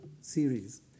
series